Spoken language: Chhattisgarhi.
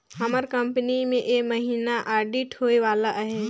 हमर कंपनी में ए महिना आडिट होए वाला अहे